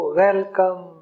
welcome